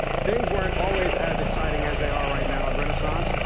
things weren't always as exciting as they are right now at renaissance.